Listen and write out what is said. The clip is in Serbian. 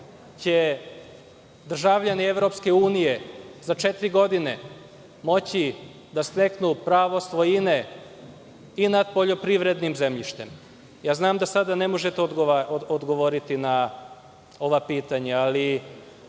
će državljani EU za četiri godine moći da steknu pravo svojine i na poljoprivrednim zemljištem. Ja znam da sada ne možete odgovoriti na ova pitanja, ali,